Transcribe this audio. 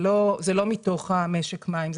זה לא מתוך משק המים.